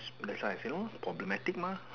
that's life you know problematic mah